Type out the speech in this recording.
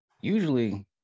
Usually